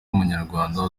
w’umunyarwanda